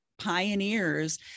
pioneers